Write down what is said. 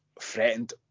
threatened